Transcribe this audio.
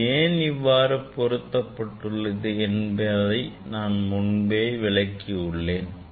இது ஏன் இவ்வாறு ஏற்படுத்தப் பட்டுள்ளது என்பதை நான் முன்பே விளக்கியுள்ளேன்